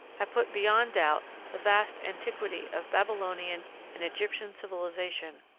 have put beyond doubt the vast antiquity of babylonian and egyptian civilisation,